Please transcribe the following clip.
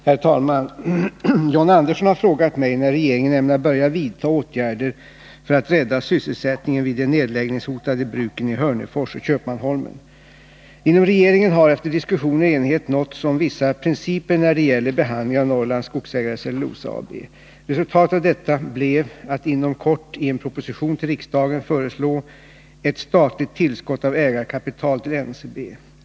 Herr talman! John Andersson har frågat mig när regeringen ämnar börja vidta åtgärder för att rädda sysselsättningen vid de nedläggningshotade bruken i Hörnefors och Köpmanholmen. Inom regeringen har efter diskussioner enighet nåtts om vissa principer när det gäller behandlingen av Norrlands Skogsägares Cellulosa AB. Resultatet av detta blev att inom kort i en proposition till riksdagen föreslå ett statligt tillskott av ägarkapital till NCB.